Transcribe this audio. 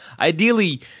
ideally